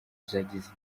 zagize